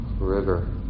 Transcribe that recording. river